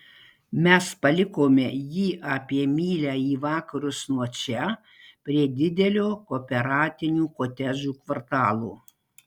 mes palikome jį apie mylią į vakarus nuo čia prie didelio kooperatinių kotedžų kvartalo